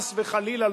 חס וחלילה,